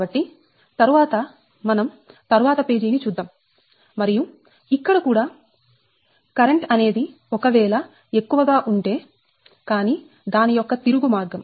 కాబట్టి తరువాత మనం తరువాత పేజీ ని చూద్దాం మరియు ఇక్కడ కూడా కరెంట్ అనేది ఒకవేళ ఎక్కువగా ఉంటేకానీ దాని యొక్క తిరుగు మార్గం